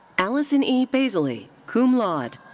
allison e. basiley, cum laude.